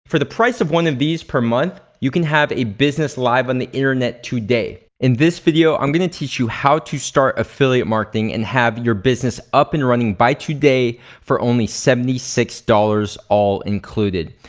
for the price of one of these per month, you can have a business live on the internet today. in this video i'm gonna teach you how to start affiliate marketing and have your business up and running by today for only seventy six dollars all included.